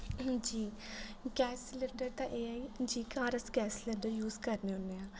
जी gas cylinder दा ऐ एह् जेह्का अस घर गैस सिलंडर यूज़ करने हुन्ने आं